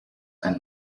and